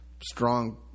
strong